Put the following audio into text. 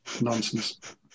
Nonsense